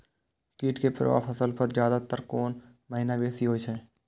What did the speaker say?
कीट के प्रभाव फसल पर ज्यादा तर कोन महीना बेसी होई छै?